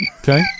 Okay